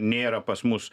nėra pas mus